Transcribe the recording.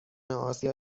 اسیا